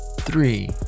three